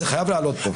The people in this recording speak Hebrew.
זה חייב לעלות פה.